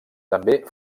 també